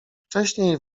wcześniej